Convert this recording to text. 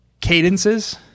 cadences